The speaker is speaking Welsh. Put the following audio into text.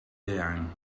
eang